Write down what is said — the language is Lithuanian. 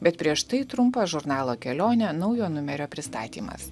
bet prieš tai trumpa žurnalo kelionė naujo numerio pristatymas